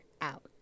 out